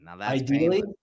Ideally